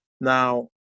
Now